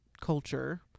culture